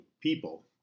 people